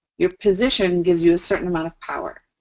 your position gives you a certain amount of power.